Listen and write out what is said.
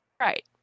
Right